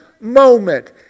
moment